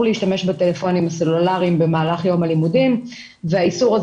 להשתמש בטלפונים הסלולריים במהלך יום הלימודים והאיסור הזה